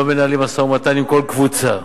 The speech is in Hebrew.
לא מנהלים משא-ומתן עם כל קבוצה.